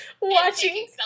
watching